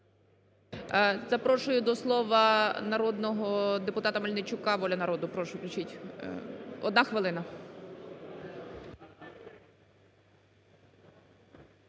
Запрошую до слова народного депутата Мельничука, "Воля народу". Прошу, включіть, одна хвилина.